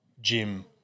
gym